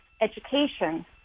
education